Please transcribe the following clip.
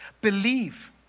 Believe